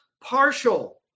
partial